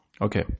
okay